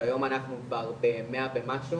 והיום אנחנו כבר במאה ומשהו